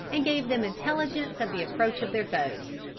and gave them intelligence of the approach of their foes.